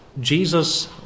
Jesus